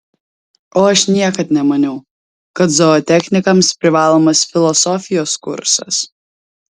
o aš niekad nemaniau kad zootechnikams privalomas filosofijos kursas